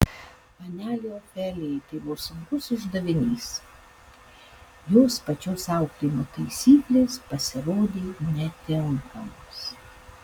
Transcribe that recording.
panelei ofelijai tai buvo sunkus uždavinys jos pačios auklėjimo taisyklės pasirodė netinkamos